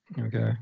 Okay